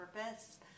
purpose